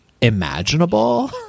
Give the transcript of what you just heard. imaginable